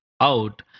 out